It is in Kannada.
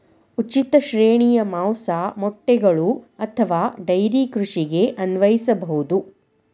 ಉಚಿತ ಶ್ರೇಣಿಯು ಮಾಂಸ, ಮೊಟ್ಟೆಗಳು ಅಥವಾ ಡೈರಿ ಕೃಷಿಗೆ ಅನ್ವಯಿಸಬಹುದು